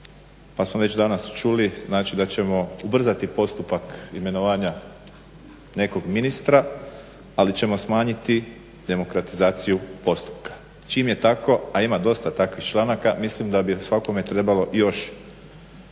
pa smo već danas čuli, znači da ćemo ubrzati postupak imenovanja nekog ministra, ali ćemo smanjiti demokratizaciju postupka. Čim je tako, a ima dosta takvih članaka mislim da bi o svakome trebalo još